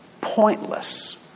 pointless